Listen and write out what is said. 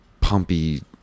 pumpy